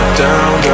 down